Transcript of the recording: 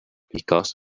because